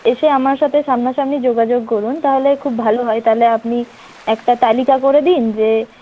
এসে আমার সাথে সামনাসামনি যোগাযোগ করুন তাহলে খুব ভালো হয় তাহলে আপনি একটা তালিকা করে দিন যে